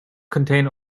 contain